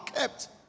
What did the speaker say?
kept